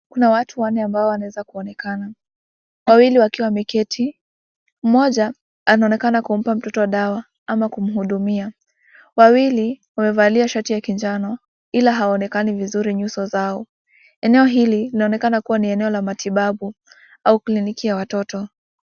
Kuna watu wanne ambao wanaweza kuonekana, wawili wakiwa wameketi, mmoja anonekana kumpa mtoto dawa ama kumhudumia. Wawili wamevalia shati ya kijano ila hawaonekani vizuri nyuso zao, eneo hili inaonekana kuwa ni eneo la matibabu au kliniki ya watoto.